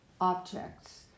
objects